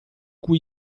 cui